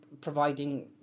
providing